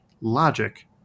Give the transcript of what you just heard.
logic